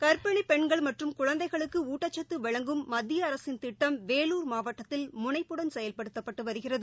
கர்ப்பினி பெண்கள் மற்றும் குழந்தைகளுக்கு ஊட்டச்சத்து வழங்கும் மத்திய அரசின் திட்டம் வேலூர்மாவட்டத்தில் முனைப்புடன் செயல்படுத்தப்பட்டு வருகிறது